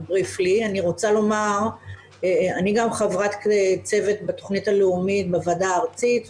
אני גם חברת צוות בתוכנית הלאומית בוועדה הארצית.